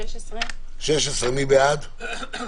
הסתייגות מס' 11. מי בעד ההסתייגות?